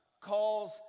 calls